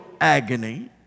agony